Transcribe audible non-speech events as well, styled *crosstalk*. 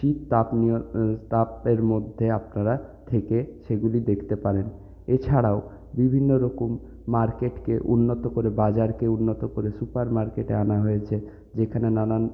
শীতাতপ *unintelligible* তাপের মধ্যে আপনারা থেকে সেগুলি দেখতে পারেন এছাড়াও বিভিন্ন রকম মার্কেটকে উন্নত করে বাজারকে উন্নত করে সুপার মার্কেটে আনা হয়েছে যেখানে নানান